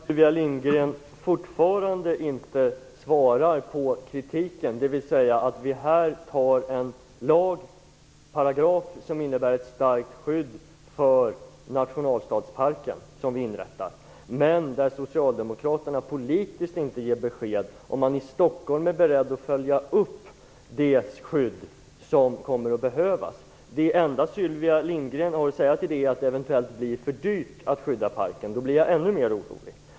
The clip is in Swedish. Herr talman! Sylvia Lindgren har fortfarande inte svarat på kritiken, dvs. att vi här skall fatta beslut om införande av en lagparagraf som innebär ett starkt skydd för nationalstadsparken samtidigt som socialdemokraterna inte ger besked politiskt om man i Stockholm är beredd att följa upp det skydd som kommer att behövas. Det enda Sylvia Lindgren har att säga är att det eventuellt blir för dyrt att skydda parken. Det gör mig ännu mer orolig.